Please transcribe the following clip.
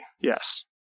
yes